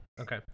okay